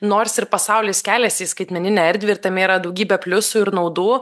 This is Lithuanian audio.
nors ir pasaulis keliasi į skaitmeninę erdvę ir tame yra daugybė pliusų ir naudų